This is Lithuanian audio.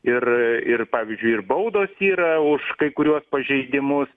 ir ir pavyzdžiui ir baudos yra už kai kuriuos pažeidimus